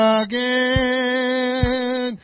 again